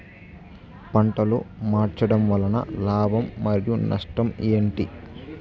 పంటలు మార్చడం వలన లాభం మరియు నష్టం ఏంటి